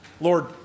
Lord